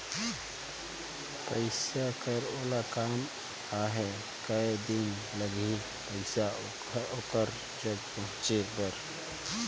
पइसा कर ओला काम आहे कये दिन लगही पइसा ओकर जग पहुंचे बर?